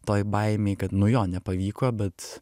toj baimėj kad nu jo nepavyko bet